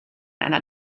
einer